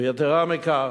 יתירה מכך,